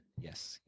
Yes